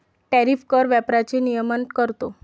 tariff कर व्यापाराचे नियमन करतो